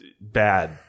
bad